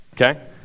okay